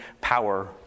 power